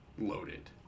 loaded